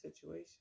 situation